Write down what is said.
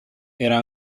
era